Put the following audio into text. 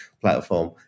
platform